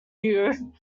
you